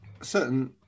certain